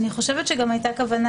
אני כאן.